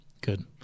Good